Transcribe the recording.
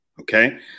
Okay